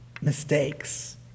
mistakes